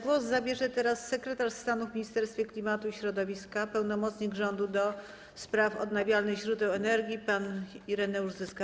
Głos zabierze teraz sekretarz stanu w Ministerstwie Klimatu i Środowiska, pełnomocnik rządu do spraw odnawialnych źródeł energii pan Ireneusz Zyska.